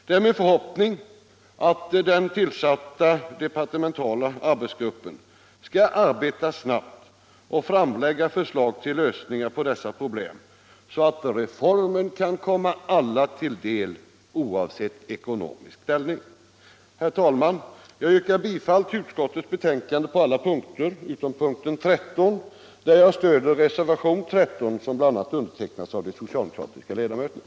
Det är min förhoppning att den tillsatta departementala arbetsgruppen skall arbeta snabbt och framlägga förslag till lösningar på dessa problem, så att reformen kan komma alla till del oavsett ekonomisk ställning. Herr talman! Jag yrkar bifall till utskottets hemställan i betänkandet på alla punkter utom punkten 13, där jag stöder reservationen 13 som bl.a. undertecknats av de sociaidemokratiska ledamöterna.